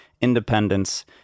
independence